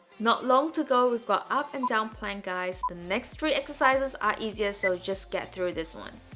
not long to go we've got up and down plank guys. the next three exercises are easier so just get through this one